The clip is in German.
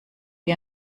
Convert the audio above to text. wie